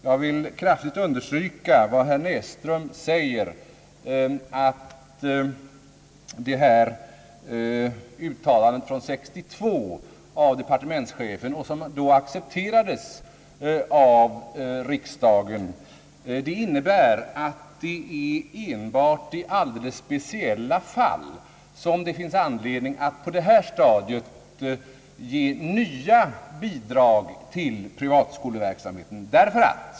Jag vill kraftigt understryka vad herr Näsström här säger, att departementschefens uttalanden år 1962, som då accepterades av riksdagen, innebär att det endast i alldeles speciella fall finns anledning att på detta stadium ge nya bidrag till privatskolornas verksamhet.